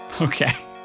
Okay